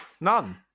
None